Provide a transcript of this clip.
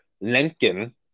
Lincoln